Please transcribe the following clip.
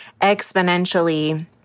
exponentially